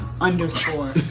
underscore